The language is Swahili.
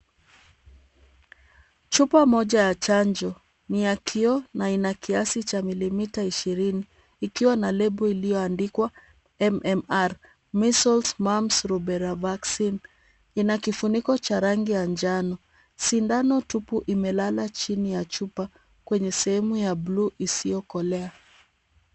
Chupa Moja ya chanjo ,ni ya kioo na ina kiasi ya milimita ishirini ikiwa na label (cs) iliyoandikwa MMR measles mumps lubella vaccine (cs) , ina kifuniko Cha rangi ya njano, sindano tupu imelala chini ya chupa kwenye sehemu ya bluu isiyokolea.